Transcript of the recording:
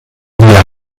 wir